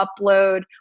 upload